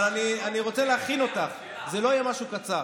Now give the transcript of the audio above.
אבל אני רוצה להכין אותך, זה לא יהיה משהו קצר,